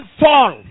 fall